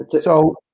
So-